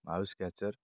mouse catcher